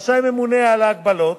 רשאי ממונה על ההגבלות